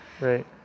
right